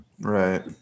Right